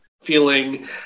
feeling